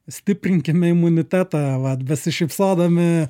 stiprinkime imunitetą vat besišypsodami